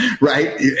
right